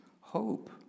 hope